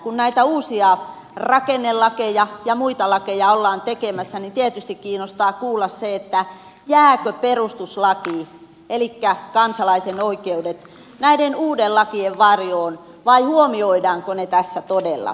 kun näitä uusia rakennelakeja ja muita lakeja ollaan tekemässä niin tietysti kiinnostaa kuulla se jääkö perustuslaki elikkä kansalaisen oikeudet näiden uusien lakien varjoon vai huomioidaanko se tässä todella